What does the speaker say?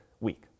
week